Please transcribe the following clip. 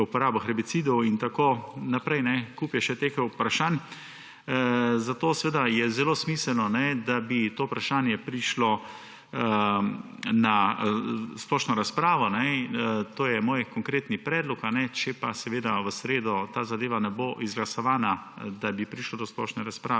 uporabo herbicidov in tako naprej. Kup je še teh vprašanj. Zato je seveda zelo smiselno, da bi to vprašanje prišlo na splošno razpravo, to je moj konkreten predlog. Če pa seveda v sredo ta zadeva ne bo izglasovana, da bi prišlo do splošne razprave,